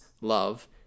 love